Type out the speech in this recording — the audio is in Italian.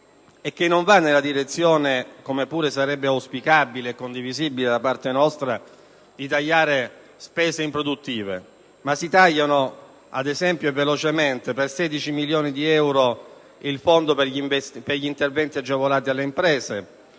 e che non va nella direzione - come pur sarebbe auspicabile e condivisibile da parte nostra - di tagliare spese improduttive. Al contrario, si taglia ad esempio per 16 milioni di euro il Fondo per gli interventi agevolati alle imprese;